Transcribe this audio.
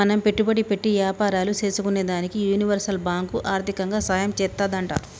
మనం పెట్టుబడి పెట్టి యాపారాలు సేసుకునేదానికి యూనివర్సల్ బాంకు ఆర్దికంగా సాయం చేత్తాదంట